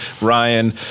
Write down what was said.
Ryan